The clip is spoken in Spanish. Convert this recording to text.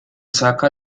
saca